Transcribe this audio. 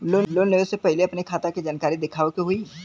Loan लेवे से पहिले अपने खाता के जानकारी दिखावे के होई?